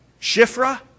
Shifra